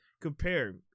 compare